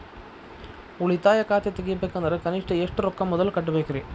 ಉಳಿತಾಯ ಖಾತೆ ತೆಗಿಬೇಕಂದ್ರ ಕನಿಷ್ಟ ಎಷ್ಟು ರೊಕ್ಕ ಮೊದಲ ಕಟ್ಟಬೇಕ್ರಿ?